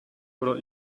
oder